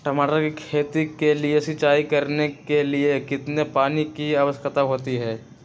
टमाटर की खेती के लिए सिंचाई करने के लिए कितने पानी की आवश्यकता होती है?